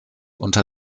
unter